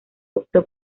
optó